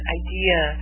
idea